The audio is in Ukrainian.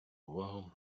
увагу